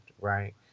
right